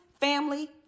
family